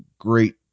great